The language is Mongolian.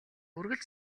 үргэлж